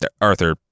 Arthur